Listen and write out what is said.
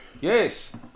Yes